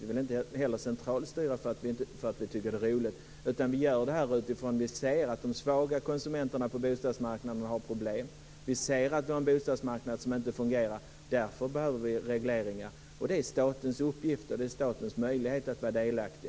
Inte heller vill vi centralstyra därför att vi tycker att det är roligt. I stället gör vi som vi gör därför att vi ser att de svaga konsumenterna på bostadsmarknaden har problem. Vi ser att vi har en bostadsmarknad som inte fungerar. Därför behövs det regleringar och det är statens uppgift och möjlighet att vara delaktig.